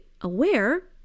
aware